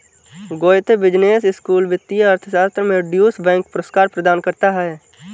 Goethe business school वित्तीय अर्थशास्त्र में ड्यूश बैंक पुरस्कार प्रदान करता है